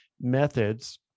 methods